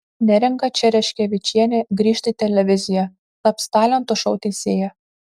neringa čereškevičienė grįžta į televiziją taps talentų šou teisėja